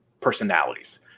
personalities